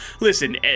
listen